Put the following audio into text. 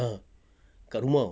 ah kat rumah orh